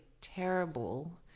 terrible